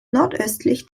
nordöstlich